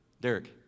Derek